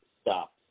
stop